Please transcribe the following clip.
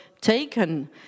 taken